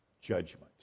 judgment